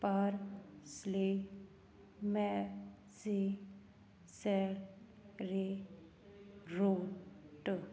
parsley ਮੈਸੀ ਸੈਟਰੇ route